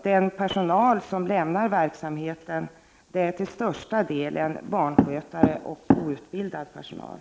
Den personal som lämnar verksamheten är till största delen barnskötare och outbildad personal.